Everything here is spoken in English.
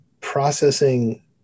processing